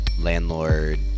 landlord